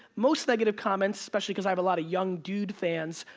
most negative comments, especially cause i have a lot of young dude fans,